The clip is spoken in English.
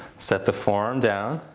set the forearm down.